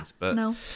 no